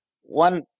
One